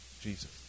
Jesus